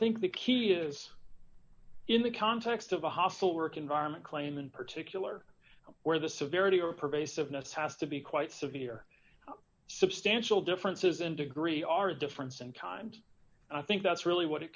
think the key is in the context of a hostile work environment claim in particular where the severity or pervasiveness has to be quite severe substantial differences in degree are a difference and times i think that's really what it